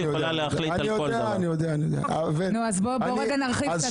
אני מציעה את זה ברצינות ולא בצחוק.